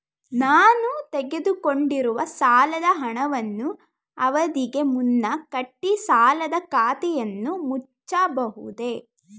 ನಾನು ತೆಗೆದುಕೊಂಡಿರುವ ಸಾಲದ ಹಣವನ್ನು ಅವಧಿಗೆ ಮುನ್ನ ಕಟ್ಟಿ ಸಾಲದ ಖಾತೆಯನ್ನು ಮುಚ್ಚಬಹುದೇ?